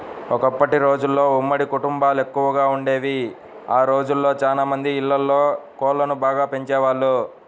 ఒకప్పటి రోజుల్లో ఉమ్మడి కుటుంబాలెక్కువగా వుండేవి, ఆ రోజుల్లో చానా మంది ఇళ్ళల్లో కోళ్ళను బాగా పెంచేవాళ్ళు